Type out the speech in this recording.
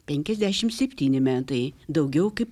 penkiasdešimt septyni metai daugiau kaip